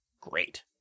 great